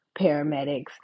paramedics